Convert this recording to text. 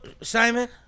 Simon